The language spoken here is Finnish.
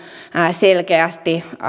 selkeästi